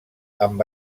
amb